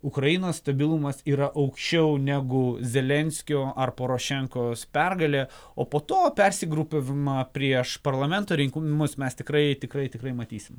ukrainos stabilumas yra aukščiau negu zelenskio ar porošenkos pergalė o po to persigrupavimą prieš parlamento rinkimus mes tikrai tikrai tikrai matysim